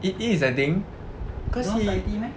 it is I think cause he